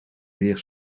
weer